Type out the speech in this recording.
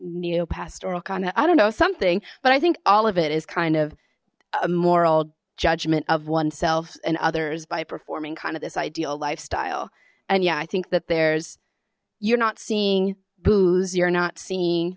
neo pastoral kind of i don't know something but i think all of it is kind of a moral judgment of oneself and others by performing kind of this ideal lifestyle and yeah i think that there you're not seeing booze you're not see